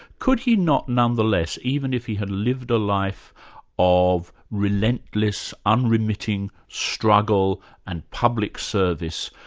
could he not, nonetheless, even if he had lived a life of relentless, unremitting struggle and public service,